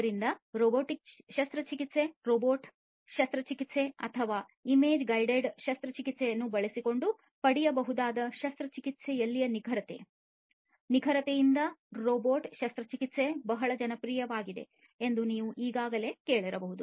ಆದ್ದರಿಂದ ರೊಬೊಟಿಕ್ ಶಸ್ತ್ರಚಿಕಿತ್ಸೆ ರೋಬಾಟ್ ಶಸ್ತ್ರಚಿಕಿತ್ಸೆ ಅಥವಾ ಇಮೇಜ್ ಗೈಡೆಡ್ ಶಸ್ತ್ರಚಿಕಿತ್ಸೆಯನ್ನು ಬಳಸಿಕೊಂಡು ಪಡೆಯಬಹುದಾದ ಶಸ್ತ್ರಚಿಕಿತ್ಸೆಯಲ್ಲಿನ ನಿಖರತೆ ನಿಖರತೆಯಿಂದಾಗಿ ರೋಬಾಟ್ ಶಸ್ತ್ರಚಿಕಿತ್ಸೆ ಬಹಳ ಜನಪ್ರಿಯವಾಗಿದೆ ಎಂದು ನೀವು ಈಗಾಗಲೇ ಕೇಳಿರಬಹುದು